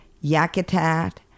Yakutat